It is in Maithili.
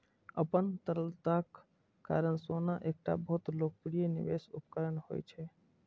अपन तरलताक कारण सोना एकटा बहुत लोकप्रिय निवेश उपकरण होइ छै